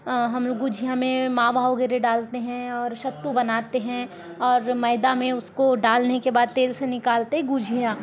हम गुजिया में मावा वगैरह डालते हैं और सत्तू बनाते हैं और मैदा में उसको डालने के बाद तेल से निकालते गुजिया